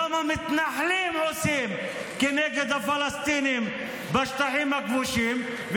וגם המתנחלים עושים כנגד הפלסטינים בשטחים הכבושים.